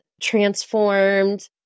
transformed